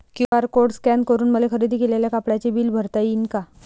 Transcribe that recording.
QR code scan करून मले खरेदी केलेल्या कापडाचे बिल भरता यीन का?